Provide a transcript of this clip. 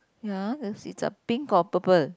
ya the seats are pink or purple